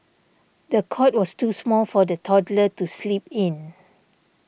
the cot was too small for the toddler to sleep in